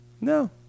No